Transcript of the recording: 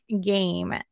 game